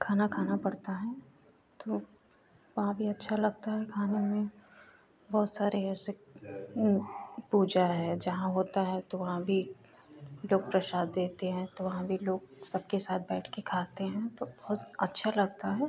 खाना खाना पड़ता है तो वहाँ भी अच्छा लगता है खाने में बहुत सारी ऐसी पूजा है जहाँ होती है तो वहाँ भी लोग प्रसाद देते हैं तो वहाँ भी लोग सबके साथ बैठकर खाते हैं तो बहुत अच्छा लगता है